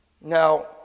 Now